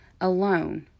alone